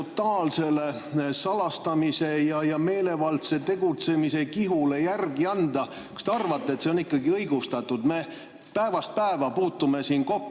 totaalsele salastamise ja meelevaldse tegutsemise kihule järgi anda – kas te arvate, et see on ikkagi õigustatud? Me päevast päeva puutume siin kokku